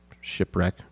shipwreck